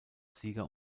sieger